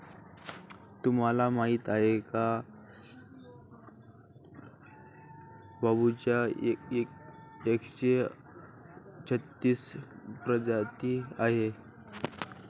तुम्हाला माहीत आहे का बांबूच्या एकशे छत्तीस प्रजाती आहेत